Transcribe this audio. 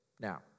Now